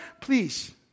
please